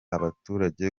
abaturage